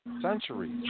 centuries